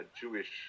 Jewish